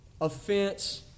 offense